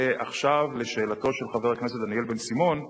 ועכשיו לשאלתו של חבר הכנסת דניאל בן-סימון.